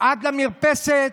עד למרפסת.